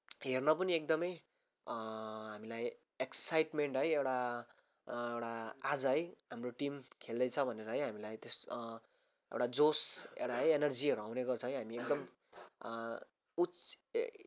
हेर्न पनि एकदमै हामीलाई एक्ससाइटमेन्ट है एउटा एउटा आज है हाम्रो टिम खेल्दैछ भनेर है हामीलाई त्यस्तो एउटा जोस एउटा है इनर्जीहरू आउने गर्छ है हामीलाई एकदम उत्